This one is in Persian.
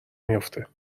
میافته